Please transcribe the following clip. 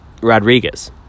Rodriguez